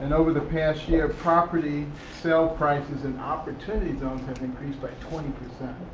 and over the past year, property sale prices in opportunity zones have increased by twenty percent,